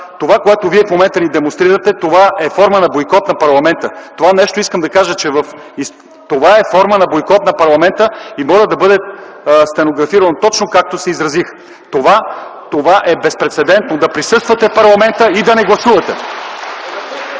Това, което Вие в момента ни демонстрирате, е форма на бойкот на парламента! Това е форма на бойкот на парламента - моля да бъде стенографирано точно както се изразих! Това е безпрецедентно – да присъствате в парламента и да не гласувате!